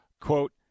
quote